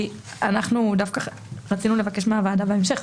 כי אנחנו דווקא רצינו לבקש מהוועדה בהמשך,